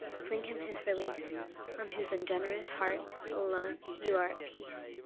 fling him his release on whose ungenerous heart alone you are at peace.